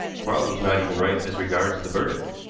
quarles was not even right as regards the verdict.